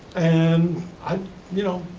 and i'd, you know,